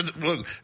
look